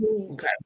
Okay